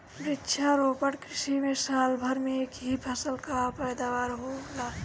वृक्षारोपण कृषि में साल भर में एक ही फसल कअ पैदावार होला